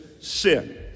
sin